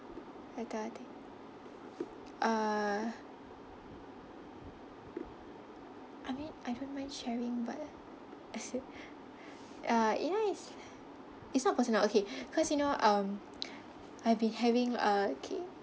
that kind of thing uh I mean I don't mind sharing but uh you know it's it's not personal okay cause you know um I've been having uh okay